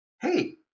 hey